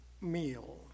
meal